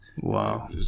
Wow